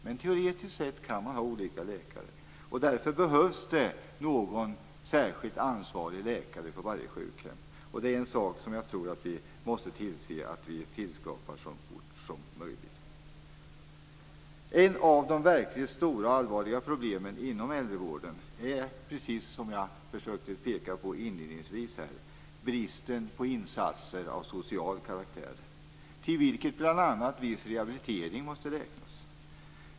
Men teoretiskt sett kan man ha olika läkare, och därför behövs en särskild ansvarig läkare för varje sjukhem. Det är en sak vi måste se till att skapa så fort som möjligt. Ett av de verkligt stora och allvarliga problemen inom äldrevården är, precis som jag försökte peka på inledningsvis, bristen på insatser av social karaktär. Hit måste bl.a. viss rehabilitering räknas.